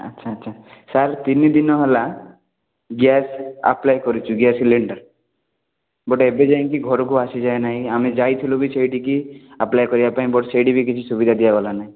ଆଚ୍ଛା ଆଚ୍ଛା ସାର୍ ତିନିଦିନ ହେଲା ଗ୍ୟାସ୍ ଆପ୍ଳାଏ କରିଛୁ ଗ୍ୟାସ୍ ସିଲିଣ୍ଡର୍ ବଟ୍ ଏବେ ଯାଏଁ କି ଘରକୁ ଆସିଯାଇ ନାହିଁ ଆମେ ଯାଇଥିଲୁ ବି ସେଇଠି କି ଆପ୍ଳାଏ କରିବା ପାଇଁ ବଟ୍ ସେଇଠି ବି କିଛି ସୁବିଧା ଦିଆଗଲା ନାହିଁ